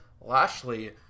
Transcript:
Lashley